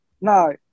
no